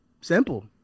simple